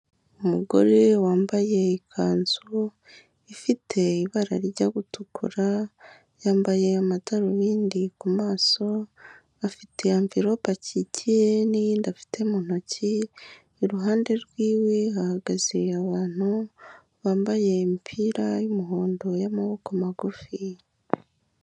Umugore wambaye ikanzu ifite ibara rijya gutukura yambaye amadarubindi ku maso afite imviropi acyicyiye, n'iyindi afite mu ntoki iruhande rwiwe hahagaze abantu bambaye imipira y'umuhondo y'amaboko magufi.